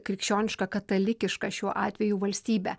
krikščioniška katalikiška šiuo atveju valstybė